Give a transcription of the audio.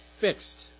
fixed